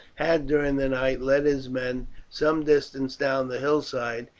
had during the night led his men some distance down the hillside,